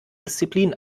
disziplin